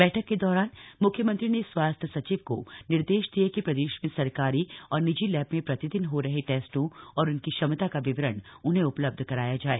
बैठक के दौरान मुख्यमंत्री ने स्वास्थ्य सचिव को निर्देश दिये कि प्रदेश में सरकारी और निजी लैब में प्रतिदिन हो रहे टेस्टों और उनकी क्षमता का विवरण उन्हें उपलब्ध कराया जाए